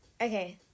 Okay